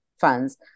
funds